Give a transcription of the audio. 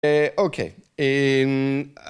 אה... אוקיי. אה...